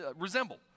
resemble